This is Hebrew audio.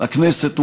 הכנסת,